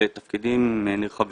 בתפקידים נרחבים.